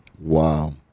wow